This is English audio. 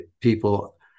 people